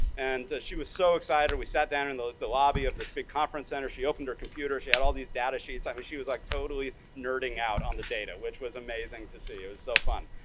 and she was so excited, we sat down and in the lobby of this big conference center. she opened her computer, she had all these data sheets, i mean, she was like totally nerding out on the data, which was amazing to see, it was so fun.